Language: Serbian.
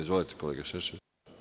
Izvolite kolega Šešelj.